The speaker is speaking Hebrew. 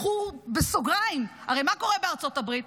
קחו בסוגריים: הרי מה קורה בארצות הברית?